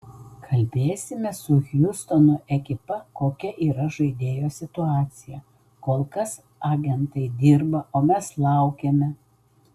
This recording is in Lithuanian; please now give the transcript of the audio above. kalbėsime su hjustono ekipa kokia yra žaidėjo situacija kol kas agentai dirba o mes laukiame